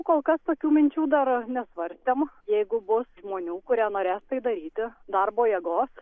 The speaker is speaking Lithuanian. kol kas tokių minčių dar nesvarstėm jeigu bus žmonių kurie norės tai daryti darbo jėgos